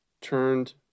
turned